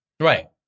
Right